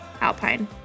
alpine